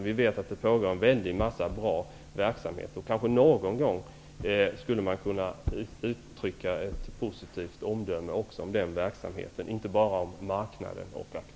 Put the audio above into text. Vi vet att det pågår en väldig massa bra verksamhet. Skolministern slulle kanske någon gång kunna uttrycka ett positivt omdöme också om den verksamheten och inte bara om marknaden och aktörerna.